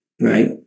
right